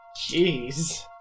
Jeez